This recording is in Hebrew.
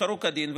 נבחרו כדין,